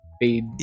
paid